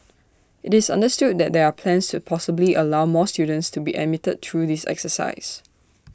this understood that there are plans to possibly allow more students to be admitted through this exercise